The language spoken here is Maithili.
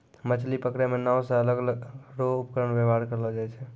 मछली पकड़ै मे नांव से अलग अलग रो उपकरण वेवहार करलो जाय छै